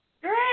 Great